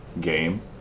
game